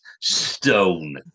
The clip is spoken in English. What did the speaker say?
Stone